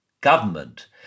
government